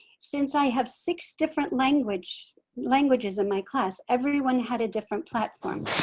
since i have six different languages languages in my class, everyone had a different platform.